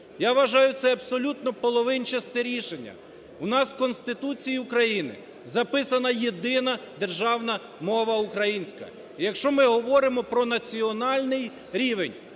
Я вважаю, це абсолютно половинчасте рішення. У нас в Конституції України записана єдина державна мова – українська. Якщо ми говоримо про національний рівень,